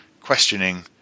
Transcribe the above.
questioning